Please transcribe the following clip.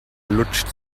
lutscht